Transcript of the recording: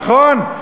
נכון?